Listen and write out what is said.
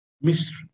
Mystery